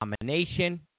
nomination